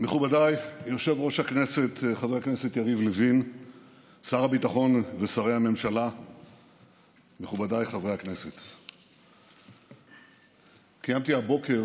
הממשלה, מכובדיי חברי הכנסת, קיימתי הבוקר